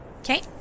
Okay